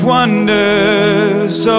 Wonders